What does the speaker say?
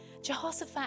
Jehoshaphat